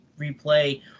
replay